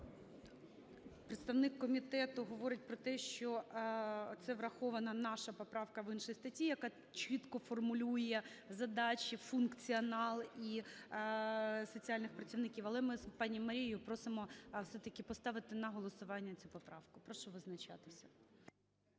Представник комітету говорить про те, що це врахована наша поправка в іншій статті, яка чітко формулює задачі, функціонал і соціальних працівників. Але ми з пані Марією просимо все-таки поставити на голосування цю поправку. Прошу визначатися.